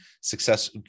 success